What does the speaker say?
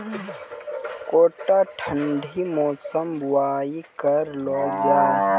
गोटा ठंडी मौसम बुवाई करऽ लो जा?